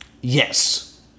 Yes